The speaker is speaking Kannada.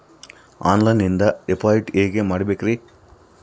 ಆನ್ಲೈನಿಂದ ಡಿಪಾಸಿಟ್ ಹೇಗೆ ಮಾಡಬೇಕ್ರಿ?